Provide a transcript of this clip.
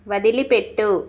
వదిలిపెట్టు